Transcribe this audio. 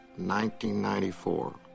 1994